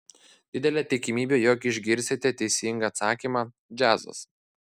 didelė tikimybė jog išgirsite teisingą atsakymą džiazas